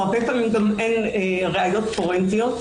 והרבה פעמים גם אין ראיות פורנזיות,